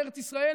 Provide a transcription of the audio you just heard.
בארץ ישראל,